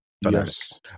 Yes